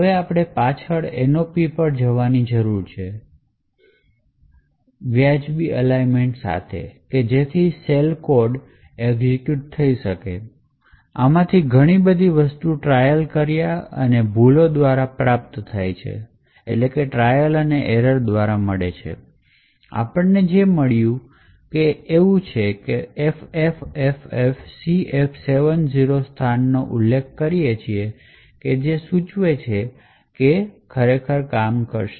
હવે આપણે પાછ્ડ nop પર જવાની જરૂર છે વ્યાજબી આલયન્મેંટ સાથે કે જેથી શેલ કોડ એઝિક્યૂટ થઈ શકે આમાંથી ઘણી વસ્તુ ટ્રાયલ અને ભૂલ દ્વારા પ્રાપ્ત થાય છે અને અમને જે મળ્યું તે છે જો અમે FFFFCF70 સ્થાનનો ઉલ્લેખ કરીએ છીએ જે તે સૂચવે છે કે તે ખરેખર કામ કરશે